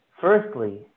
firstly